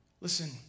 Listen